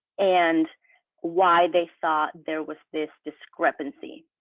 and why they thought there was this discrepancy.